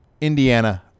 Indiana